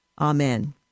Amen